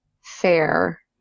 fair